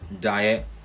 diet